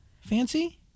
Fancy